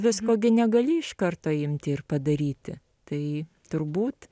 visko gi negali iš karto imti ir padaryti tai turbūt